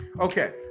Okay